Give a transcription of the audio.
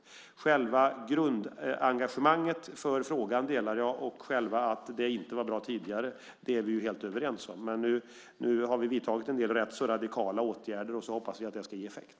Själva grundengagemanget för frågan delar jag med er, och att utbildningen inte var bra tidigare är vi helt överens om. Men nu har vi vidtagit en del rätt så radikala åtgärder, och vi hoppas att de ska ge effekt.